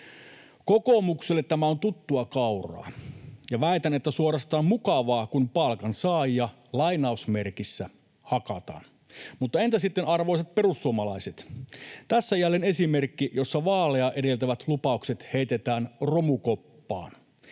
Kokoomukselle tämä on tuttua kauraa ja, väitän, suorastaan mukavaa, kun palkansaajia ”hakataan”. Mutta entä sitten, arvoisat perussuomalaiset? Tässä jälleen esimerkki, jossa vaaleja edeltävät lupaukset heitetään romukoppaan.